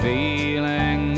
Feeling